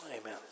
amen